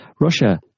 Russia